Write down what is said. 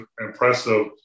impressive